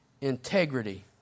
integrity